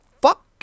fuck